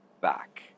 back